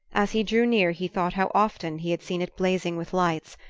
as he drew near he thought how often he had seen it blazing with lights,